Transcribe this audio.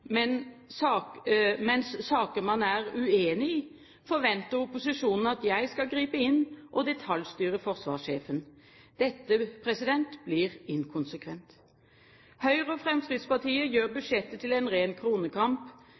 mens i saker man er uenig i, forventer opposisjonen at jeg skal gripe inn og detaljstyre forsvarssjefen. Dette blir inkonsekvent. Høyre og Fremskrittspartiet gjør budsjettet til en ren kronekamp,